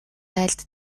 айлд